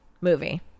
Movie